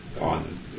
on